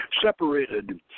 Separated